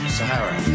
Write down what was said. Sahara